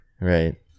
right